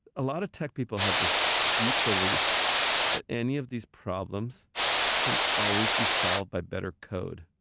a lot of tech people have this deep belief that any of these problems can always be solved by better code,